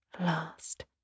last